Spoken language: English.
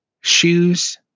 shoes